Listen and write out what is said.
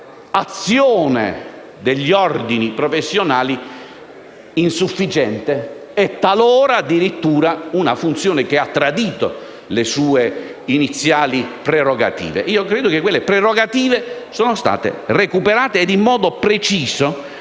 un'azione degli ordini professionali insufficiente e talora addirittura una funzione che ha tradito le sue iniziali prerogative. Credo tuttavia che quelle prerogative siano state recuperate in modo preciso.